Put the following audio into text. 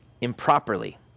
improperly